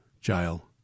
jail